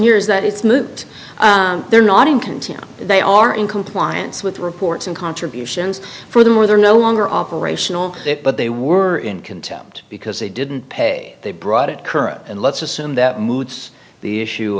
years that it's moot they're not in concern they are in compliance with reports and contributions for them or they are no longer operational but they were in contempt because they didn't pay they brought it current and let's assume that moots the issue